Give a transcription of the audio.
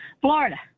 Florida